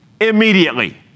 immediately